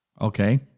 Okay